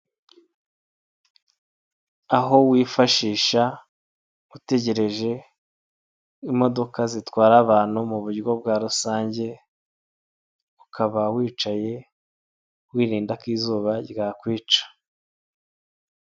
Aho wifashisha utegereje imodoka zitwara abantu mu buryo bwa rusange ukaba wicaye wirinda ko izuba ryakwica.